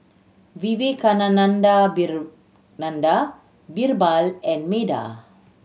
Vivekananda Birbal and Medha